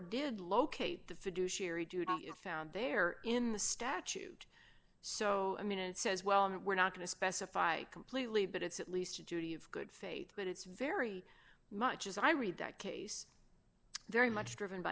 duty found there in the statute so i mean it says well we're not going to specify completely but it's at least a duty of good faith but it's very much as i read that case very much driven by